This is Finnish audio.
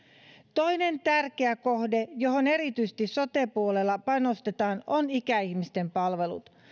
toinen tärkeä kohde johon erityisesti sote puolella panostetaan on ikäihmisten palvelut